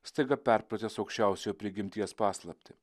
staiga perpratęs aukščiausiojo prigimties paslaptį